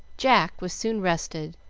jack was soon rested,